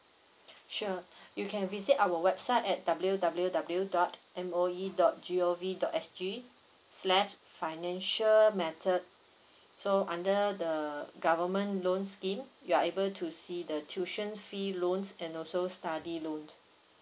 sure you can visit our website at W W W dot M O E dot G O V dot S G slash financial method so under the government loan scheme you are able to see the tuition fee loans and also study loan